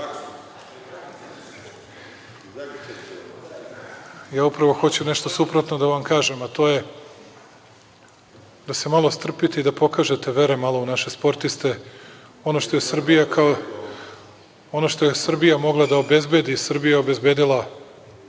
upravo hoću nešto suprotno da vam kažem, a to je da se malo strpite i da pokažete vere malo u naše sportiste. Ono što je Srbija mogla da obezbedi, Srbija je obezbedila,